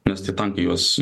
nes tie tankai juos